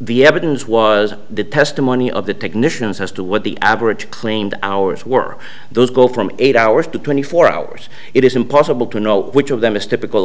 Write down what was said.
the evidence was the testimony of the technicians as to what the average claimed hours were those go from eight hours to twenty four hours it is impossible to know which of them is typical